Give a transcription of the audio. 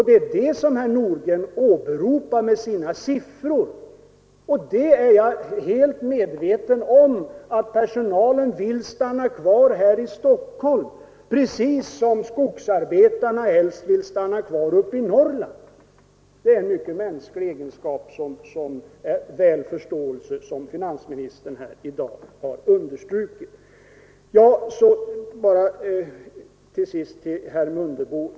Det är också det som herr Nordgren åberopar med sina siffror. Jag är helt medveten om att personalen vill stanna kvar här i Stockholm, precis som skogsarbetarna helst vill stanna kvar uppe i Norrland. Det är en mycket mänsklig egenskap som är värd förståelse, som finansministern här i dag understrukit. Till sist bara några ord till herr Mundebo.